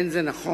אין זה נכון